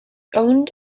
owned